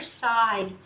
side